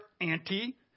anti